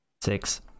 Six